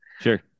sure